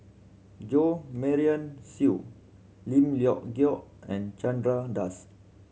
Jo Marion Seow Lim Leong Geok and Chandra Das